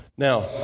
Now